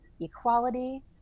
equality